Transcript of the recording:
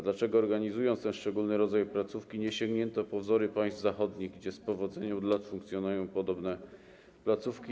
Dlaczego organizując ten szczególny rodzaj placówki, nie sięgnięto po wzory państw zachodnich, gdzie z powodzeniem od lat funkcjonują podobne placówki?